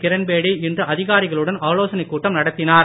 கிரண்பேடி இன்று அதிகாரிகளுடன் ஆலோசனைக் கூட்டம் நடத்தினார்